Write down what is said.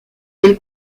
elle